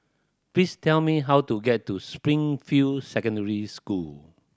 please tell me how to get to Springfield Secondary School